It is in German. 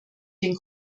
den